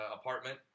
apartment